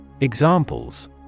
Examples